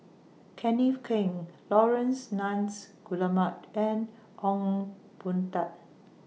Kenneth Keng Laurence Nunns Guillemard and Ong Boon Tat